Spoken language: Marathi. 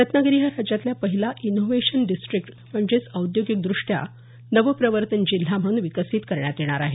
रत्नागिरी हा राज्यातला पहिला इनोव्हेशन डिस्ट्रिक्ट म्हणजेच औद्योगिकदृष्ट्या नवप्रवर्तन जिल्हा म्हणून विकसित करण्यात येणार आहे